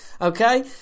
okay